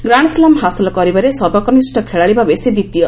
grand slam ହାସଲ କରିବାରେ ସର୍ବକନିଷ୍ଠ ଖେଳାଳି ଭାବେ ସେ ଦ୍ୱିତୀୟ